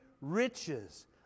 riches